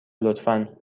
لطفا